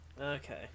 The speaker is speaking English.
Okay